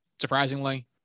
Surprisingly